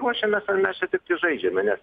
ruošiamės ar mes čia tiktai žaidžiame nes